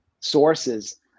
sources